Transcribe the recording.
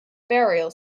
burial